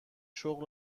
شغل